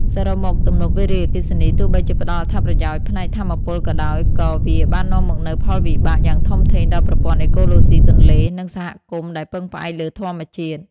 សរុបមក ទំនប់វារីអគ្គិសនី ទោះបីជាផ្តល់អត្ថប្រយោជន៍ផ្នែកថាមពលក៏ដោយ ក៏វាបាននាំមកនូវផលវិបាកយ៉ាងធំធេងដល់ប្រព័ន្ធអេកូឡូស៊ីទន្លេ និងសហគមន៍ដែលពឹងផ្អែកលើធម្មជាតិ។